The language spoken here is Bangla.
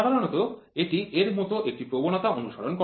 সাধারণত এটি এর মতো একটি প্রবণতা অনুসরণ করে